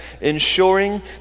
ensuring